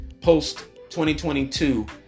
post-2022